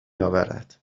اورد